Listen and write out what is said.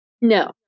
No